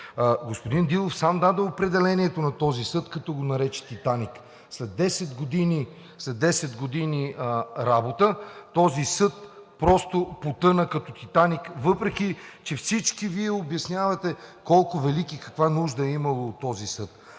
Господин Дилов сам даде определението на този съд, като го нарече „Титаник“. След 10 години работа този съд просто потъна като „Титаник“, въпреки че всички Вие обяснявате колко е велик и каква нужда е имало от този съд.